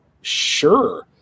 sure